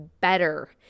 better